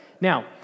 Now